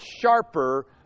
sharper